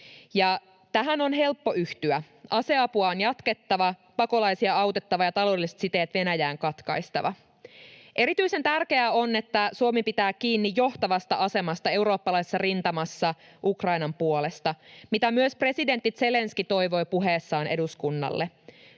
tähän on helppo yhtyä. Aseapua on jatkettava, pakolaisia on autettava ja taloudelliset siteet Venäjään on katkaistava. Erityisen tärkeää on, että Suomi pitää kiinni johtavasta asemasta eurooppalaisessa rintamassa Ukrainan puolesta, mitä myös presidentti Zelenskyi toivoi puheessaan eduskunnalle.